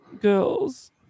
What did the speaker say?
Girls